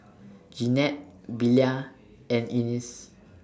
Jeanette Belia and Ines